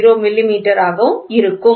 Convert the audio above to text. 0390 மில்லிமீட்டராக இருக்கும்